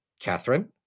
Catherine